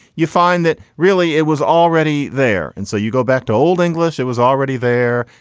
you find that really it was already there. and so you go back to old english, it was already there.